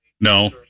no